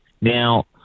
Now